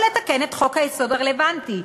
או לתקן את חוק-היסוד הרלוונטי,